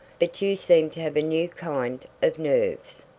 but you seem to have a new kind of nerves.